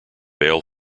bail